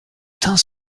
teints